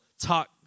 talk